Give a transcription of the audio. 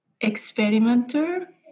experimenter